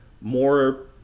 more